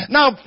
Now